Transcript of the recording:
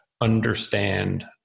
understand